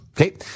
Okay